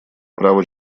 право